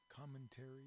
commentary